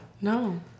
No